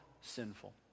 sinful